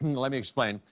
let me explain,